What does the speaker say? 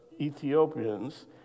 Ethiopians